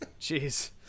Jeez